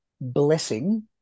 blessing